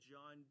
John